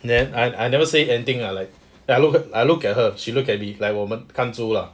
then I never say anything lah like I look I look at her she looked at me like 我们看住 lah